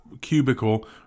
cubicle